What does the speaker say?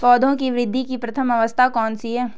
पौधों की वृद्धि की प्रथम अवस्था कौन सी है?